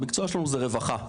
המקצוע שלנו זה רווחה.